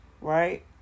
Right